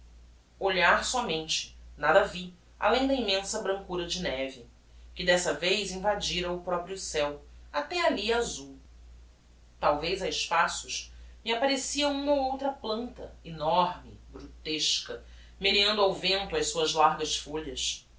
olhar sómente nada vi além da immensa brancura da neve que desta vez invadira o proprio ceu até alli azul talvez a espaços me apparecia uma ou outra planta enorme brutesca meneando ao vento as suas largas folhas